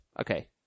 Okay